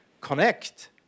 connect